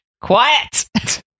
quiet